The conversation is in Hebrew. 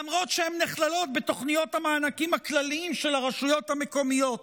למרות שהן נכללות בתוכניות המענקים הכלליים של הרשויות המקומיות.